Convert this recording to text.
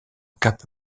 cape